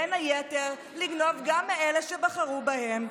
בין היתר גם מאלה שבחרו בהם,